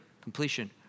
completion